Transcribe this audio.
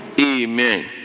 Amen